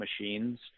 machines